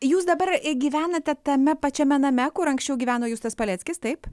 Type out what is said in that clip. jūs dabar gyvenate tame pačiame name kur anksčiau gyveno justas paleckis taip